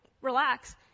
relax